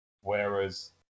Whereas